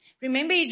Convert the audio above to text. Remember